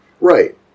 Right